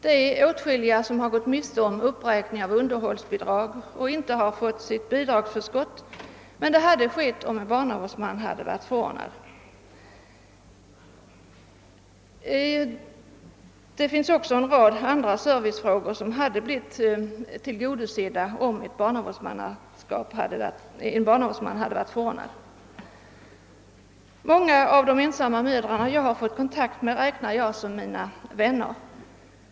Det är åtskilliga som gått miste om uppräkning av underhållsbidrag och som inte har fått sitt bidragsförskott, något som inte hade hänt om en barnavårdsman hade varit förordnad. Det finns också en rad andra servicebehov som hade blivit tillgodosedda om det funnits en barnavårdsman. Många av de ensamma mödrar som jag har fått kontakt med räknar jag som mina vänner.